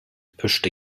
pushed